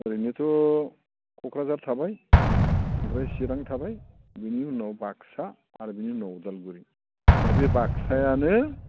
ओरैनोथ' क'क्राझार थाबाय ओमफ्राय चिरां थाबाय बिनि उनाव बाक्सा आरो बिनि उनाव उदालगुरि दा बे बाक्सायानो